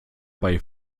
bei